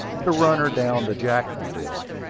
to run her down to jacksonville,